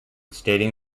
stating